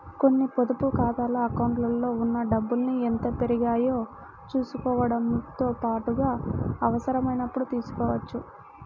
కొన్ని పొదుపు ఖాతాల అకౌంట్లలో ఉన్న డబ్బుల్ని ఎంత పెరిగాయో చూసుకోవడంతో పాటుగా అవసరమైనప్పుడు తీసుకోవచ్చు